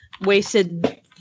wasted